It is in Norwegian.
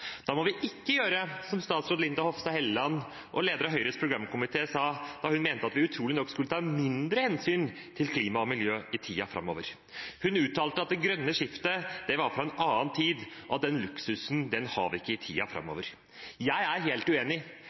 Da må vi ikke gjøre som statsråd og leder av Høyres programkomité, Linda Hofstad Helleland, sa da hun utrolig nok mente at vi skulle ta mindre hensyn til klima og miljø i tiden framover. Hun uttalte at det grønne skiftet var fra en annen tid, og at den luksusen har vi ikke i tiden framover. Jeg er helt uenig,